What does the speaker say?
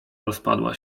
rozpadła